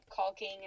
caulking